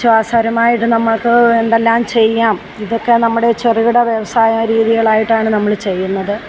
വിശ്വാസപരമായിട്ട് നമ്മൾക്ക് എന്തെല്ലാം ചെയ്യാം ഇതൊക്കെ നമ്മൾ ചെറുകിട വ്യവസായ രീതികളായിട്ടാണ് നമ്മൾ ചെയ്യുന്നത്